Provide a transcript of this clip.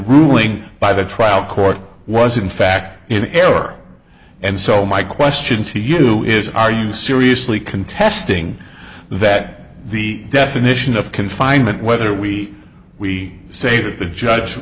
ruling by the trial court was in fact in error and so my question to you is are you seriously contesting that the definition of confinement whether we we say that the judge